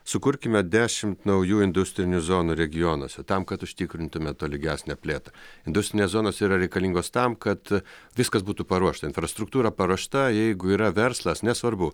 sukurkime dešimt naujų industrinių zonų regionuose tam kad užtikrintume tolygesnę plėtrą industrinės zonos yra reikalingos tam kad viskas būtų paruošta infrastruktūra paruošta jeigu yra verslas nesvarbu